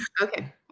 Okay